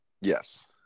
Yes